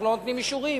אנחנו לא נותנים אישורים.